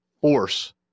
force